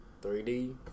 3D